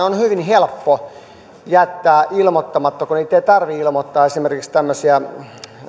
on hyvin helppo jättää ilmoittamatta kun niitä ei tarvitse ilmoittaa esimerkiksi tämmöisiä